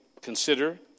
consider